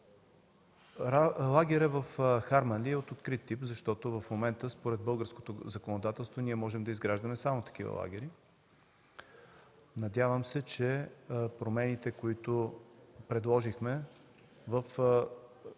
лагерът в Харманли е от открит тип, защото в момента според българското законодателство ние можем да изграждаме само такива лагери. Надявам се, че промените, които предложихме в